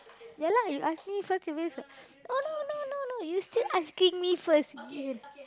ya lah you ask me first it means oh no no no no you still asking me first